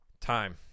time